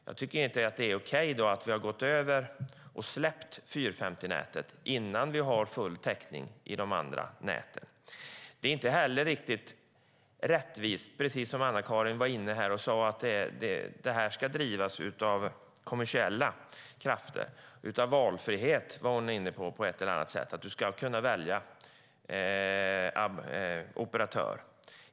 Jag tycker inte att det är okej att vi släppt 450-nätet innan vi har full täckning i de andra näten. Det är inte heller riktigt rättvist att det ska drivas av kommersiella krafter. Anna-Karin Hatt sade att man ska ha valfrihet, att man ska kunna välja operatör.